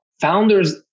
Founders